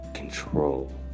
Control